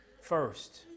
first